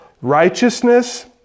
Righteousness